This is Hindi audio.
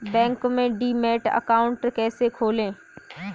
बैंक में डीमैट अकाउंट कैसे खोलें?